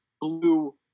Blue